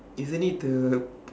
isn't it the